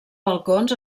balcons